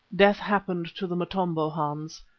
death happened to the motombo, hans.